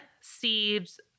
seeds